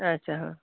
ᱟᱪᱪᱷᱟ ᱦᱮᱸ